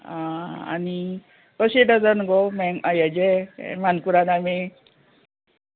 कशे डजन गो मेंग येजे मानकुराद आमे